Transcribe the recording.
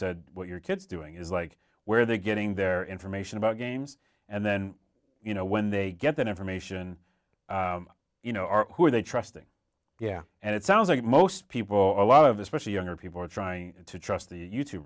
said what your kids doing is like where they're getting their information about games and then you know when they get that information you know are who are they trusting yeah and it sounds like most people a lot of especially younger people are trying to trust the you t